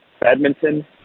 badminton